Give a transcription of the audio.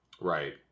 Right